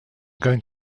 going